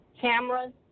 Cameras